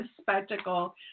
spectacle